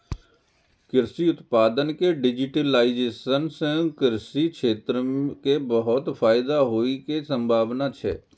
कृषि उत्पाद के डिजिटाइजेशन सं कृषि क्षेत्र कें बहुत फायदा होइ के संभावना छै